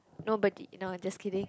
nobody no I just kidding